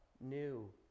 new